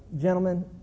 gentlemen